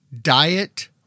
Diet